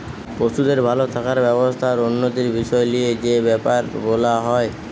পশুদের ভাল থাকার ব্যবস্থা আর উন্নতির বিষয় লিয়ে যে বেপার বোলা হয়